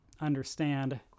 understand